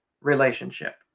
relationship